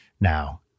now